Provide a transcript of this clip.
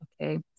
Okay